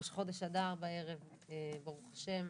ראש חודש אדר בערב ברוך השם,